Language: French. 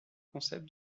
concept